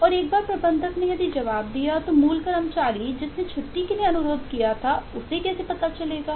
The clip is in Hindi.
और एक बार प्रबंधक ने जवाब दिया कि मूल कर्मचारी जिसने छुट्टी के लिए अनुरोध किया था उसे कैसे पता चलेगा